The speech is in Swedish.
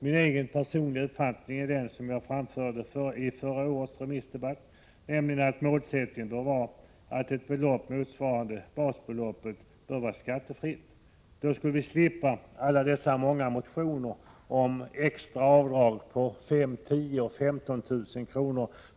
Min personliga uppfattning är den som jag framförde i förra årets remissdebatt, nämligen att målsättningen bör vara att ett belopp motsvarande basbeloppet skall vara skattefritt. Då skulle vi slippa de många motionerna om extra avdrag på 5 000, 10 000 och 15 000 kr.